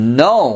no